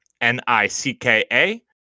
N-I-C-K-A